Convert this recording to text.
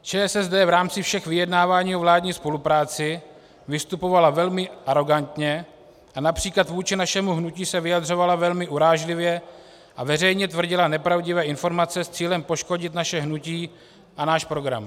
ČSSD v rámci všech vyjednávání o vládní spolupráci vystupovala velmi arogantně a například vůči našemu hnutí se vyjadřovala velmi urážlivě a veřejně tvrdila nepravdivé informace s cílem poškodit naše hnutí a náš program.